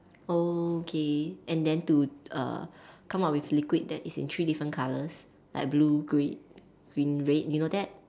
oh okay and then to uh come up with liquid that is in three different colours like blue green green red you know that